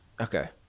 okay